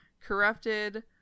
corrupted